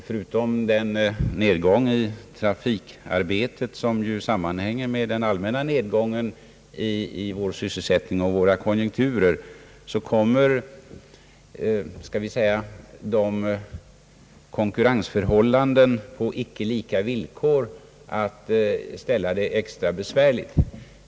Bortsett från den nedgång i trafikarbetet som sammanhänger med den allmänna tillbakagången i våra konjunkturer och i sysselsättningen gör konkurrensen på icke lika villkor att förhållandena blir extra besvärliga.